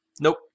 Nope